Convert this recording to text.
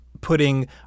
putting